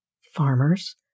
farmers